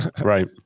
Right